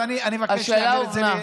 אז אני מבקש שתעלה את זה,